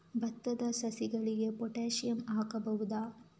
ಭತ್ತದ ಸಸಿಗಳಿಗೆ ಪೊಟ್ಯಾಸಿಯಂ ಹಾಕಬಹುದಾ?